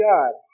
God